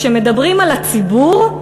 כשמדברים על הציבור,